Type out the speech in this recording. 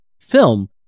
film